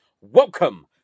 Welcome